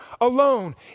alone